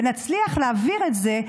ונצליח להעביר את זה.